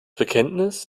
bekenntnis